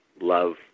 love